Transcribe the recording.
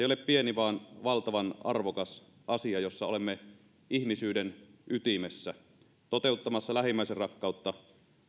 ole pieni vaan valtavan arvokas asia jossa olemme ihmisyyden ytimessä toteuttamassa lähimmäisenrakkautta